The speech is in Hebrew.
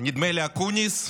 נדמה לי אקוניס,